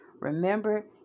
Remember